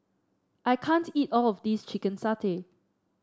I can't eat all of this Chicken Satay